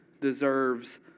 deserves